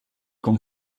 con